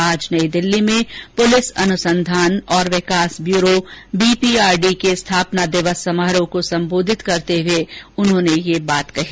आज नई दिल्ली में पुलिस अनुसंधान और विकास bureau B P R D के स्थापना दिवस समारोह को संबोधित करते हुए उन्होंने यह बात कही